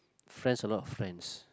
friends a lot of friends